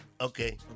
Okay